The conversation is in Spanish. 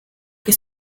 que